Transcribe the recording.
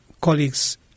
colleagues